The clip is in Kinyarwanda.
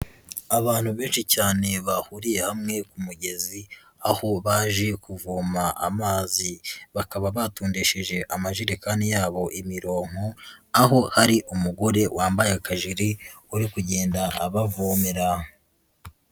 Abantu benshi cyane bahuriye hamwe ku mugezi aho baje kuvoma amazi, bakaba batondesheje amajerekani yabo imirongo, aho hari umugore wambaye akajiri uri kugenda abavomera.